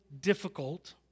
difficult